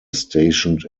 stationed